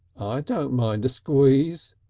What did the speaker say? don't mind a squeeze,